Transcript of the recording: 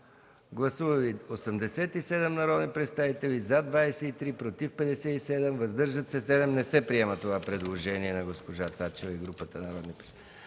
Гласували 87 народни представители: за 23, против 57, въздържали се 7. Не се приема това предложение на госпожа Цачева и групата народни представители.